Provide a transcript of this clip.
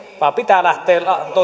vaan pitää lähteä